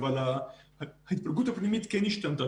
אבל ההתפלגות הפנימית כן השתנה,